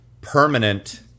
permanent